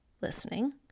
listening